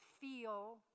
feel